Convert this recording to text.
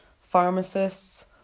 pharmacists